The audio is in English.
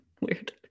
weird